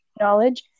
knowledge